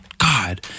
God